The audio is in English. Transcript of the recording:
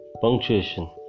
punctuation